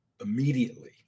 Immediately